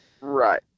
right